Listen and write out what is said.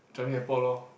Changi Airport lor